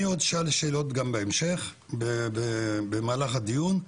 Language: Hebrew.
אני עוד אשאל שאלות גם בהמשך, במהלך הדיון.